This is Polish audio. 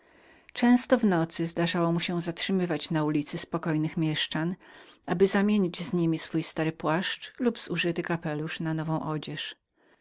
często w nocy zdarzało mu się zatrzymywać na ulicy spokojnych mieszczan aby zamienić z niemi swój stary płaszcz lub zużyty kapelusz na nową odzież